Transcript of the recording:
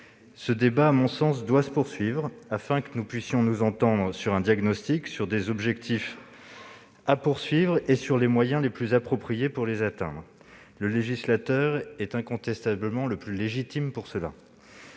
Ce débat doit se poursuivre, afin que nous puissions nous entendre sur un diagnostic, sur des objectifs à déterminer et sur les moyens les plus appropriés pour les atteindre. Le législateur est, sans conteste, le plus légitime pour cela.